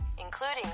including